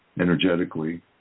energetically